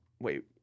Wait